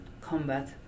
combat